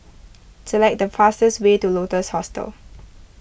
select the fastest way to Lotus Hostel